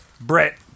Brett